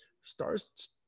stars